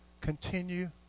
continue